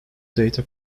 data